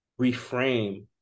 reframe